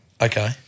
Okay